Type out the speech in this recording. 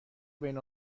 بین